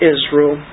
Israel